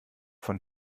von